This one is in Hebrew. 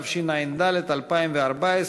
התשע"ד 2014,